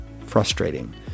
frustrating